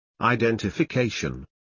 Identification